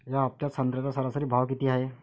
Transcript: या हफ्त्यात संत्र्याचा सरासरी भाव किती हाये?